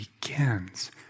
begins